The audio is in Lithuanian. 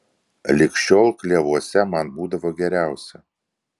lig šiol klevuose man būdavo geriausia